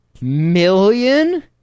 million